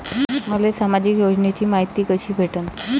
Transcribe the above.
मले सामाजिक योजनेची मायती कशी भेटन?